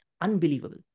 Unbelievable